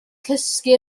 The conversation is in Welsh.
cysgu